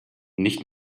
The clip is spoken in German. nicht